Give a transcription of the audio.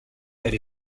elle